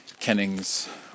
Kennings